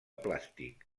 plàstic